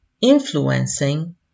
influencing